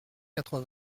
quatre